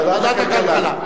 ועדת הכלכלה.